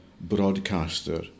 broadcaster